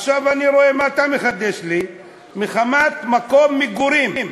עכשיו אני רואה מה אתה מחדש לי: מחמת מקום מגורים.